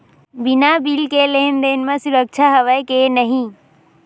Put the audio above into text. बिना बिल के लेन देन म सुरक्षा हवय के नहीं?